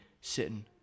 sitting